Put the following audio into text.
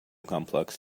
complex